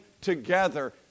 together